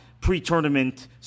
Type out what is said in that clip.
pre-tournament